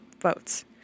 votes